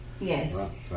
Yes